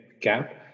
gap